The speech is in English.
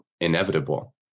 inevitable